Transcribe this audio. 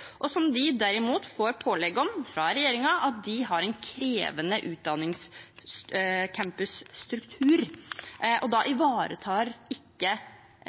har adressert. De får pålegg – fra regjeringen – fordi de har en krevende utdanningscampusstruktur. Da ivaretar ikke